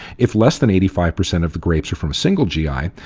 if less than eighty five percent of the grapes are from a single gi,